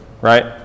right